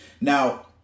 Now